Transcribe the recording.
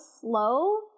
slow